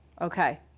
Okay